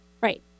Right